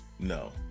No